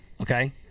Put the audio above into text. Okay